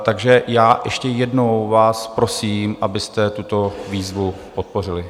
Takže já ještě jednou vás prosím, abyste tuto výzvu podpořili.